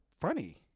funny